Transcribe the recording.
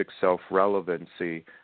self-relevancy